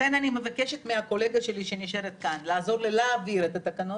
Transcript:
לכן אני מבקשת מהקולגה שלי שנשארה כאן לעזור לי להעביר את התקנות,